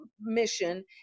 mission